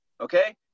okay